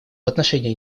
отношении